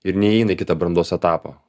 ir neįeina į kitą brandos etapą